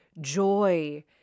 joy